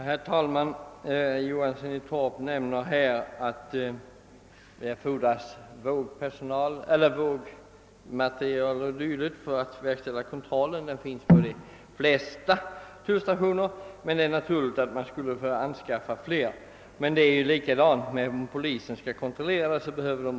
Herr talman! Herr Johansson i Torp sade att man behöver en mera ändamålsenlig vågutrustning för att kunna verkställa kontrollerna, men sådan utrustning finns redan på de flesta tullstationer. Man behöver givetvis anskaffa flera utrustningar, men det blir ju samma förhållande om polisen skall kontrollera bilarna.